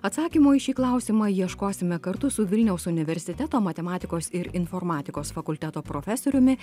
atsakymo į šį klausimą ieškosime kartu su vilniaus universiteto matematikos ir informatikos fakulteto profesoriumi